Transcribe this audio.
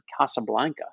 Casablanca